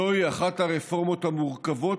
זוהי אחת הרפורמות המורכבות,